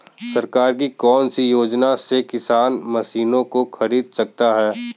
सरकार की कौन सी योजना से किसान मशीनों को खरीद सकता है?